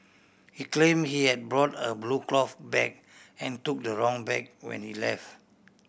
he claim he had brought a blue cloth bag and took the wrong bag when he left